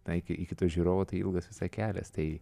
tai iki iki to žiūrovo tai ilgas visa kelias tai